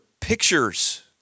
pictures